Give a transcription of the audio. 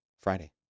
Friday